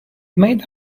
made